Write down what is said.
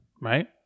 right